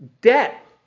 debt